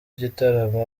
igitaramo